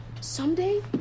someday